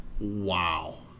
Wow